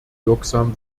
wirksam